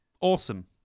awesome